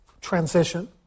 transition